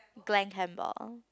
Glen-Campbell